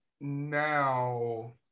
now